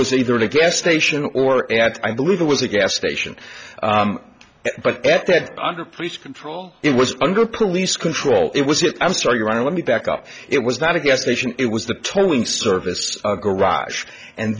was either a guest station or at i believe it was a gas station but at that under police control it was under police control it was it i'm sorry your honor let me back up it was not a gas station it was the towing service our garage and